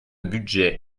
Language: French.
budget